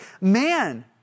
man